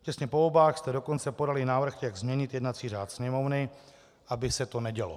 Těsně po volbách jste dokonce podali návrh, jak změnit jednací řád Sněmovny, aby se to nedělo.